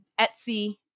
Etsy